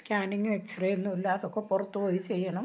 സ്കാനിങ്ങും x റേയും ഒന്നുമില്ല അതൊക്ക പുറത്ത് പോയി ചെയ്യണം